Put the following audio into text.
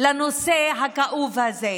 לנושא הכאוב הזה,